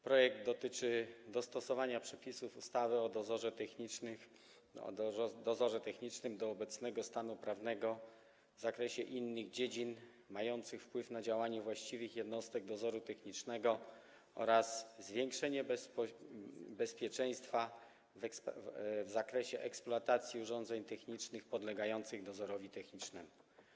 Projekt dotyczy dostosowania przepisów ustawy o dozorze technicznym do obecnego stanu prawnego w zakresie innych dziedzin mających wpływ na działanie właściwych jednostek dozoru technicznego oraz zwiększenie bezpieczeństwa w zakresie eksploatacji urządzeń technicznych podlegających dozorowi technicznemu.